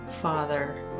Father